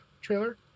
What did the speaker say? trailer